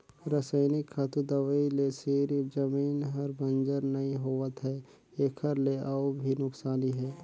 रसइनिक खातू, दवई ले सिरिफ जमीन हर बंजर नइ होवत है एखर ले अउ भी नुकसानी हे